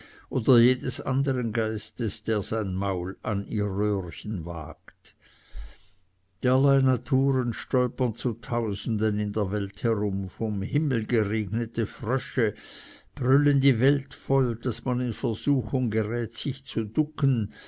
oder jedes andern geistes der sein maul an ihr röhrchen wagt derlei naturen stolpern zu tausenden in der welt herum vom himmel geregnete frösche brüllen die welt voll daß man in versuchung gerät sich zu ducken